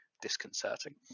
disconcerting